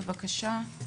בבקשה.